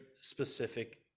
specific